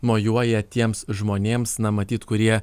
mojuoja tiems žmonėms na matyt kurie